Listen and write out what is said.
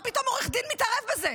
מה פתאום עורך דין מתערב בזה?